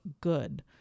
good